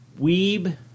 Weeb